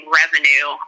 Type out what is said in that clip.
revenue